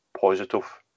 positive